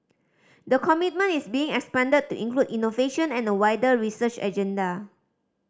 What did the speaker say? the commitment is being expanded to include innovation and a wider research agenda